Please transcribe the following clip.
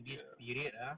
ya